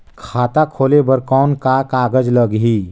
खाता खोले बर कौन का कागज लगही?